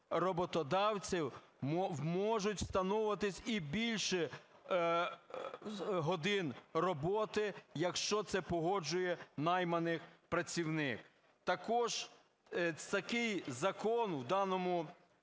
роботодавців можуть встановлюватися і більше годин роботи, якщо це погоджує найманий працівник. Також такий закон у даній